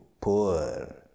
poor